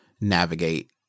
navigate